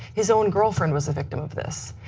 his own girlfriend was a victim of this.